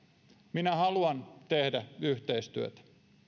minä haluan tehdä yhteistyötä